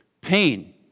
pain